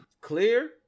Clear